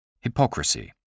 Hypocrisy